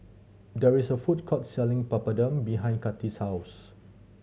there is a food court selling Papadum behind Kathy's house